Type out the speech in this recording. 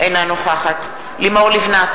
בעד לימור לבנת,